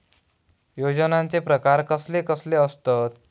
योजनांचे प्रकार कसले कसले असतत?